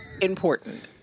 important